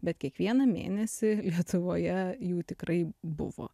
bet kiekvieną mėnesį lietuvoje jų tikrai buvo